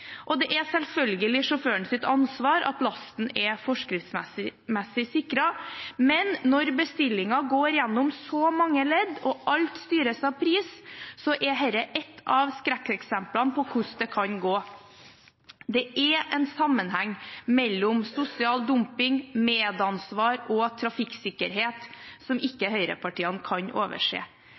Og det er selvfølgelig sjåførens ansvar at lasten er forskriftsmessig sikret. Men når bestillingen går gjennom så mange ledd, og alt styres av pris, er dette ett av skrekkeksemplene på hvordan det kan gå. Det er en sammenheng mellom sosial dumping, medansvar og trafikksikkerhet, og det kan ikke høyrepartiene overse.